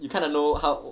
you kind of know how